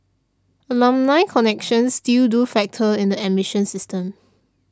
alumni connections still do factor in the admission system